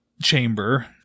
Chamber